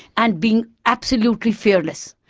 and being absolutely fearless.